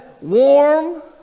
warm